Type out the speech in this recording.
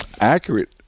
accurate